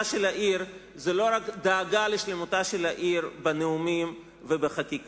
של העיר זה לא רק דאגה לשלמותה של העיר בנאומים ובחקיקה,